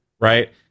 right